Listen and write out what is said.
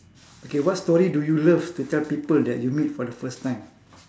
okay what story do you love to tell people that you meet for the first time